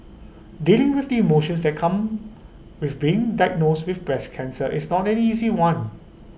dealing with the emotions that come with being diagnosed with breast cancer is not an easy one